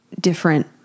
different